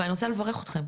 אבל אני רוצה לברך אתכם.